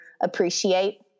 appreciate